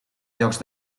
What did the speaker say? llocs